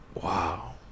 Wow